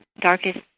darkest